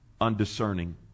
undiscerning